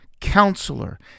Counselor